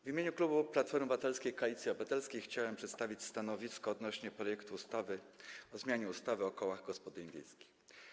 W imieniu klubu Platforma Obywatelska - Koalicja Obywatelska chciałbym przedstawić stanowisko odnośnie do projektu ustawy o zmianie ustawy o kołach gospodyń wiejskich.